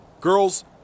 Girls